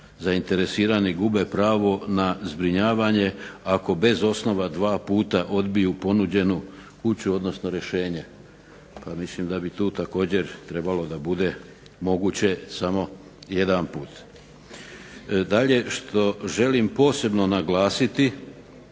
zainteresirani gube pravo na zbrinjavanje, ako bez osnova dva puta odbiju ponuđenu kuću, odnosno rješenje. Pa mislim da bi tu također trebalo da bude moguće samo jedanput. Dalje što želim posebno naglasiti